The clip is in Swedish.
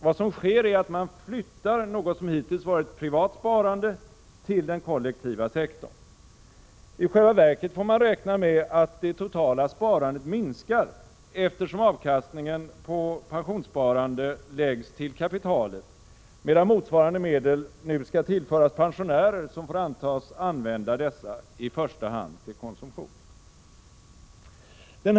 Vad som sker är att man flyttar något som hittills varit privat sparande till den kollektiva sektorn. I själva verket får man räkna med att det totala sparandet minskar, eftersom avkastningen på pensionssparande läggs till kapitalet, medan motsvarande medel nu skall tillföras pensionärer som får antas använda dessa till i första hand konsumtion.